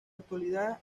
actualidad